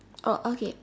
uh okay